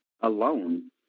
alone